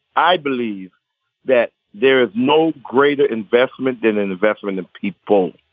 i believe that there is no greater investment in and investment than people.